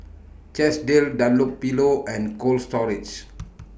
Chesdale Dunlopillo and Cold Storage